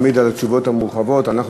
על התשובות המורחבות תמיד.